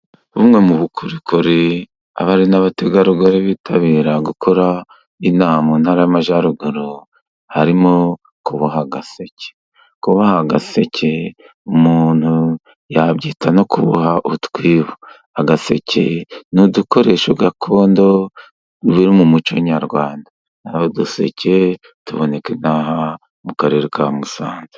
Bumwe mu bukorikori abari n'abategarugori bitabira gukora inaha mu Ntara y'Amajyaruguru, harimo kuboha agaseke, kuboha agaseke umuntu yabyita no kuboha utwibo. Agaseke ni udukoresho gakondo biri mu muco nyarwanda, naho uduseke tuboneka inaha mu Karere ka Musanze.